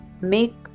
make